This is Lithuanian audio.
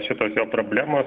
šitos jo problemos